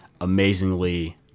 amazingly